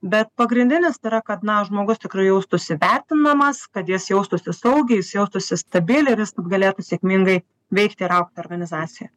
bet pagrindinis yra kad na žmogus tikrai jaustųsi vertinamas kad jis jaustųsi saugiai jis jaustųsi stabiliai ir jis galėtų sėkmingai veikti ir augti organizacijoje